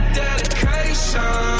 dedication